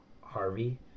Harvey